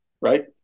right